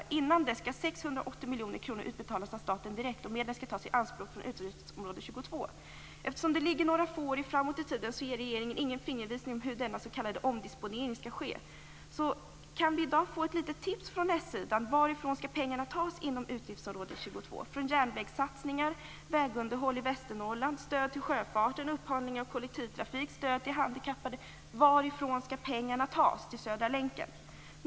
Dessförinnan skall 680 miljoner kronor utbetalas av staten direkt, och medlen skall tas i anspråk från utgiftsområde 22. Eftersom det ligger några få år framåt i tiden ger regeringen ingen fingervisning om hur denna s.k. omdisponering skall ske. Kan vi i dag få ett litet tips från s-sidan om varifrån pengarna inom utgiftsområde 22 skall tas? Skall de tas från järnvägssatsningar, vägunderhåll i Västernorrland, stöd till sjöfarten, upphandling av kollektivtrafik eller stöd till handikappade? Varifrån skall alltså pengarna till Södra länken tas?